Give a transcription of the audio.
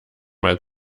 mal